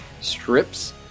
strips